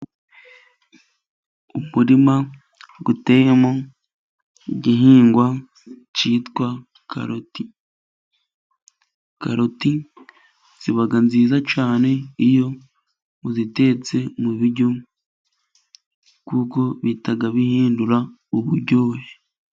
Umurima utemo igihingwa cyitwa karoti. Karoti ziba nziza cyane iyo uzitetse mu biryo kuko bihita bihindura uburyohe.